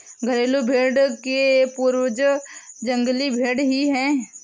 घरेलू भेंड़ के पूर्वज जंगली भेंड़ ही है